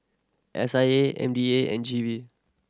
S I A M D A and G V